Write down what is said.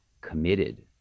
committed